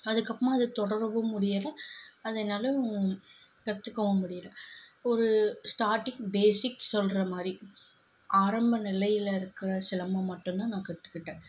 அதுக்கப்புறமா அதை தொடரவும் முடியலை அதை என்னால் கற்றுக்கவும் முடியலை ஒரு ஸ்டார்ட்டிங் பேஸிக் சொல்கிற மாதிரி ஆரம்ப நிலையில் இருக்கிற சிலம்பம் மட்டும்தான் நான் கற்றுக்கிட்டேன்